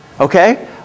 okay